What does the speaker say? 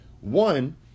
One